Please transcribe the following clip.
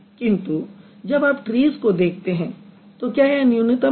किन्तु जब आप ट्रीज़ को देखते हैं तो क्या यह न्यूनतम है